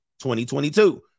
2022